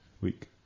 Week